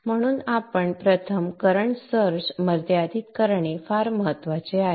म्हणून आपण प्रथम करंट सर्ज मर्यादित करणे फार महत्वाचे आहे